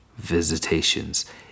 visitations